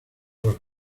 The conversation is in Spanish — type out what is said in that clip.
los